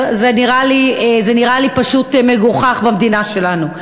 זה נראה לי פשוט מגוחך במדינה שלנו.